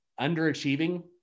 underachieving